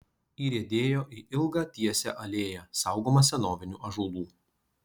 įriedėjo į ilgą tiesią alėją saugomą senovinių ąžuolų